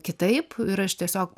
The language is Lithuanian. kitaip ir aš tiesiog